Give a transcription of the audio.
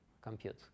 compute